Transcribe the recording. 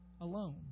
alone